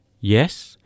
yes